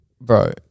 bro